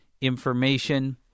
information